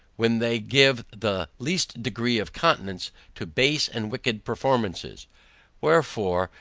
when they give the least degree of countenance to base and wicked performances wherefore,